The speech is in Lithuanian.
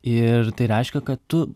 ir tai reiškia kad tu